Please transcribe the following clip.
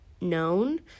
known